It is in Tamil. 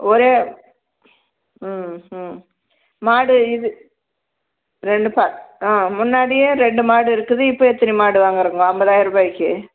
ஒரே ம் ம் மாடு இது ரெண்டு பா ஆ முன்னாடியே ரெண்டு மாடு இருக்குது இப்போ எத்தனை மாடு வாங்கிறிங்கோ ஐம்பதாயிர ரூபாயிக்கு